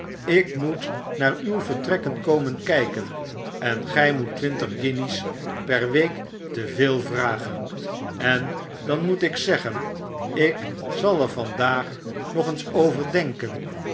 lk moet naar uw vertrekken komen kyken en gij moet twintig gienjes per week te veel vragen en dan moet ik zeggen ik zal er vandaag nog eens over denken